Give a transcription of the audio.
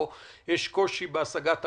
או שיש קושי בהשגת המידע.